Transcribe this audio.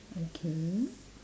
okay